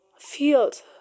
field